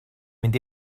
mynd